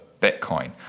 Bitcoin